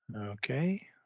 Okay